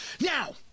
Now